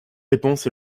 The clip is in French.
réponse